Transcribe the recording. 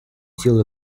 силу